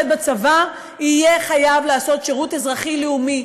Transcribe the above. בצבא יהיה חייב לעשות שירות אזרחי-לאומי.